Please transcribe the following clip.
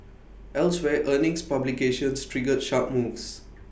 elsewhere earnings publications triggered sharp moves